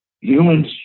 humans